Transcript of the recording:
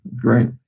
great